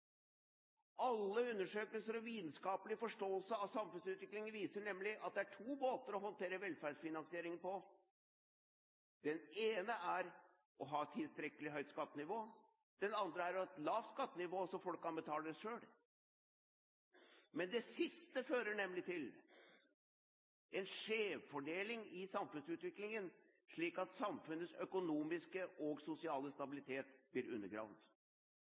Alle undersøkelser og vitenskapelig forståelse av samfunnsutvikling viser nemlig at det er to måter å håndtere velferdsfinansiering på: Den ene er å ha et tilstrekkelig høyt skattenivå, den andre er å ha et lavt skattenivå så folk kan betale selv. Men det siste fører nemlig til en skjevfordeling i samfunnsutviklingen, slik at samfunnets økonomiske og sosiale stabilitet blir undergravd.